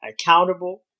accountable